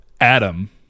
adam